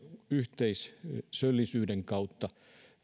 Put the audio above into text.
yhteisöllisyyden kautta